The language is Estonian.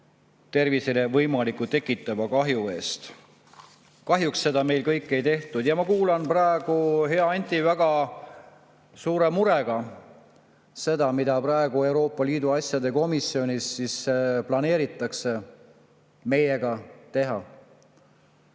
tervisele võimaliku tekitatava kahju eest. Kahjuks seda kõike meil ei tehtud. Ja ma kuulan praegu, hea Anti, väga suure murega seda, mida Euroopa Liidu asjade komisjonis planeeritakse meiega teha.